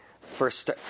first